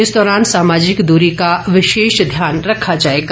इस दौरान सामाजिक दूरी का विशेष ध्यान रखा जाएगा